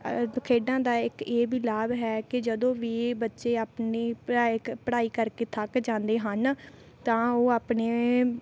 ਖੇਡਾਂ ਦਾ ਇੱਕ ਇਹ ਵੀ ਲਾਭ ਹੈ ਕਿ ਜਦੋਂ ਵੀ ਇਹ ਬੱਚੇ ਆਪਣੀ ਪੜ੍ਹਾਈ ਕ ਪੜ੍ਹਾਈ ਕਰਕੇ ਥੱਕ ਜਾਂਦੇ ਹਨ ਤਾਂ ਉਹ ਆਪਣੇ